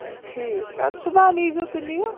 ٹھیٖک اَدٕ صُبحن ییٖزیٚو تہٕ نِیِو